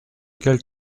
quel